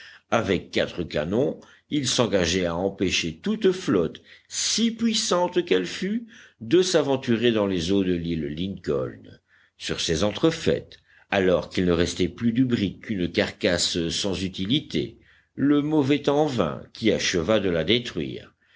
avec quatre canons il s'engageait à empêcher toute flotte si puissante qu'elle fût de s'aventurer dans les eaux de l'île lincoln sur ces entrefaites alors qu'il ne restait plus du brick qu'une carcasse sans utilité le mauvais temps vint qui acheva de la détruire